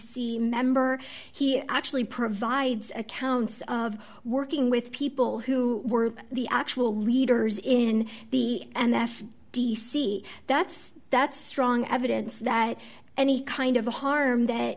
c member he actually provides accounts of working with people who were the actual leaders in the and that d c that's that's strong evidence that any kind of a harm that